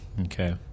okay